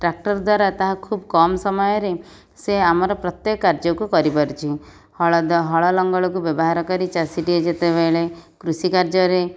tractor ଦ୍ଵାରା ତାହା ଖୁବ୍ କମ୍ ସମୟରେ ସେ ଆମର ପ୍ରତ୍ୟେକ କାର୍ଯ୍ୟକୁ କରିପାରୁଛି ହଳଦ ହଳ ଲଙ୍ଗଳକୁ ବ୍ୟବହାର କରି ଚାଷୀଟିଏ ଯେତେବେଳେ କୃଷି କାର୍ଯ୍ୟରେ